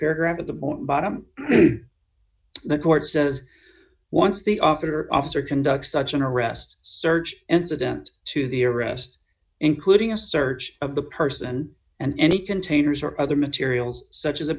paragraph at the bottom the court says once the officer officer conduct such an arrest search and it's a dent to the arrest including a search of the person and any containers or other materials such as a